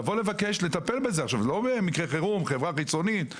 לבקש לטפל בזה ולא מקרה חירום, חברה חיצונית,